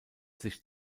sich